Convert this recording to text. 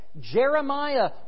Jeremiah